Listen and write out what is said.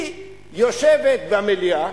היא יושבת במליאה,